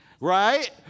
Right